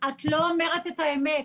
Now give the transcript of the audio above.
את לא אומרת את האמת.